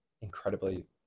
incredibly